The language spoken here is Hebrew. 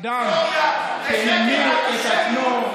כשאדם שהמיר את עצמו,